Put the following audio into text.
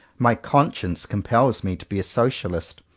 my conscience compels me to be a socialist,